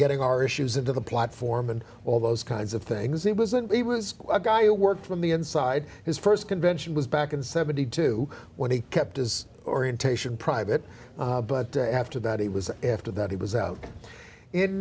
getting our issues into the platform and all those kinds of things it wasn't he was a guy who worked from the inside his st convention was back in seventy two when he kept his orientation private but after that it was after that he was out in